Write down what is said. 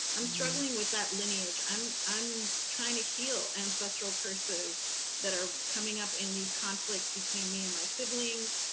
i'm struggling with that lineage. i'm i'm trying to heal ancestral curses that are coming up in these conflicts between me and my siblings.